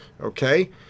Okay